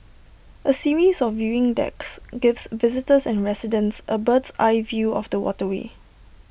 A series of viewing decks gives visitors and residents A bird's eye view of the waterway